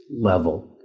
level